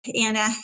Anna